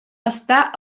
està